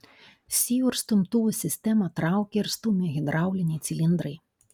sijų ir stumtuvų sistemą traukia ir stumia hidrauliniai cilindrai